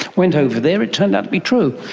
went over there, it turned out to be true.